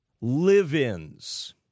live-ins